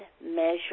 measure